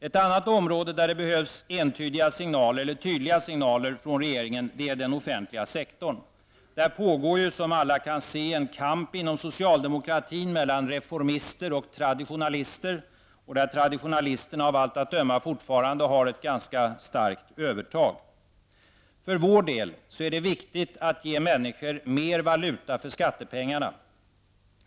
Ett annat område på vilket det behövs tydliga signaler från regeringen är den offentliga sektorn. Det pågår, som alla kan se, en kamp inom socialdemokratin mellan reformister och traditionalister där traditionalisterna av allt att döma fortfarande har ett ganska starkt övertag. För folkpartiets del är det viktigt att ge människor mer valuta för skattepengarna.